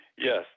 Yes